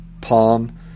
Palm